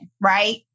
Right